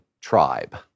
tribe